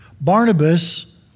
Barnabas